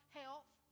health